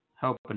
helping